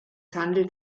handelt